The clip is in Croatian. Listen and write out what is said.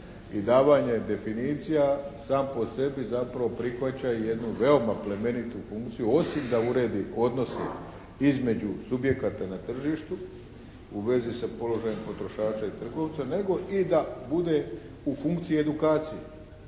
i davanje definicija sam po sebi zapravo prihvaća i jednu veoma plemenitu funkciju osim da uredi odnose između subjekata na tržištu u vezi s položajem potrošača i trgovca, nego i da bude u funkciji edukacije,